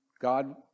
God